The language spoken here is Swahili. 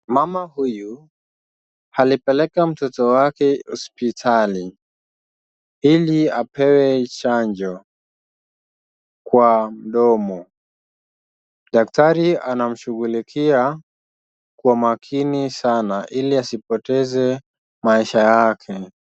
Mama huyu alipeleka mtoto wake hospitali ili apewa chanjo kwa mdomo. Daktari anamshughulikia kwa makini sana ili asipoteze maisha yake.